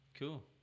Cool